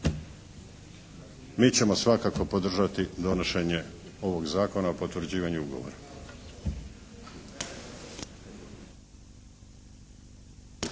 Mi ćemo svakako podržati donošenje ovog zakona o potvrđivanju ugovora.